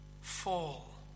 fall